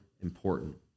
important